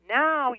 now